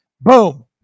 Boom